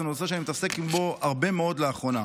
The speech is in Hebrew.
זה נושא שאני מתעסק בו הרבה מאוד לאחרונה.